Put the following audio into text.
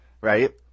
Right